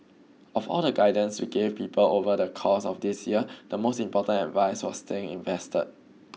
of all the guidance we gave people over the course of this year the most important advice was staying invested